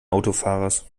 autofahrers